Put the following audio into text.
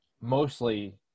mostly